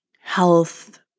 health